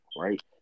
right